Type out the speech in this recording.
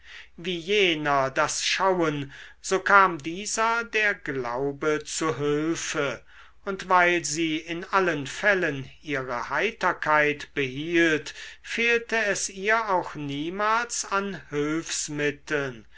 wie jener das schauen so kam dieser der glaube zu hülfe und weil sie in allen fällen ihre heiterkeit behielt fehlte es ihr auch niemals an hülfsmitteln